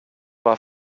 war